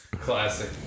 classic